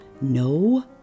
no